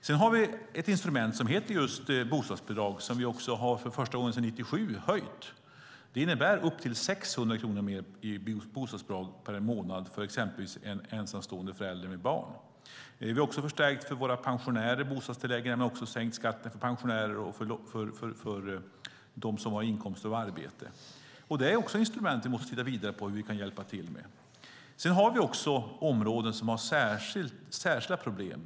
Vi har ett instrument som heter bostadsbidrag och som vi för första gången sedan 1997 har höjt. Det innebär upp till 600 kronor mer i bostadsbidrag per månad för exempelvis en ensamstående förälder med barn. Vi har förstärkt bostadstilläggen för våra pensionärer och sänkt skatten för pensionärer och dem som har inkomst av arbete. Det är ett instrument som vi måste titta vidare på för att se hur vi kan hjälpa till. Sedan har vi områden som har särskilda problem.